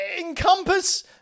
encompass